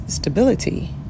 Stability